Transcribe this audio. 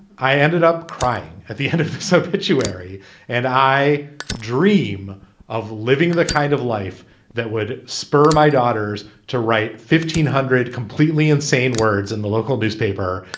i ended up crying at the end of so pituitary and i dream of living the kind of life that would spur my daughters to write fifteen hundred completely insane words in the local newspaper.